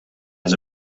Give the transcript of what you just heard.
has